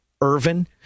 Irvin